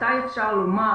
מתי אפשר לומר